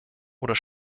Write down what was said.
oder